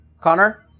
Connor